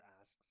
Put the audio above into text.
asks